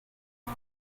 哲学家